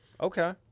Okay